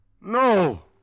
No